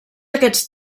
aquests